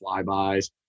flybys